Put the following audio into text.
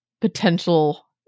potential